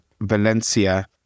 Valencia